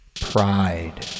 Pride